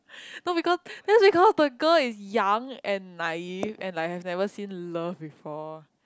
no because that's because the girl is young and naive and like has never seen love before